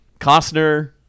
Costner